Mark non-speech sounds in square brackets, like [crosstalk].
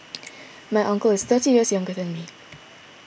[noise] my uncle is thirty years younger than me